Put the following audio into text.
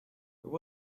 there